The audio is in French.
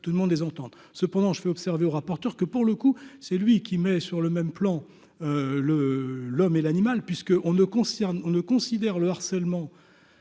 tout le monde des ententes, cependant je fais observer au rapporteur, que pour le coup, c'est lui qui met sur le même plan le l'homme et l'animal, puisqu'on ne concerne on ne considère le harcèlement